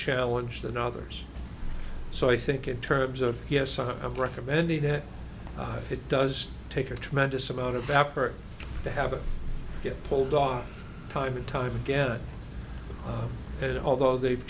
challenge than others so i think in terms of yes i have recommended it it does take a tremendous amount of effort to have it get pulled off time and time again and although they've